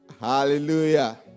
Hallelujah